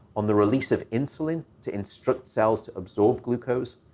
on the release of insulin, to instruct cells to absorb glucose,